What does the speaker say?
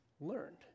learned